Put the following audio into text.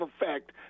effect